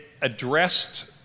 addressed